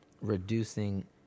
reducing